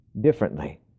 differently